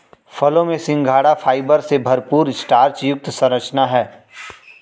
फलों में सिंघाड़ा फाइबर से भरपूर स्टार्च युक्त संरचना है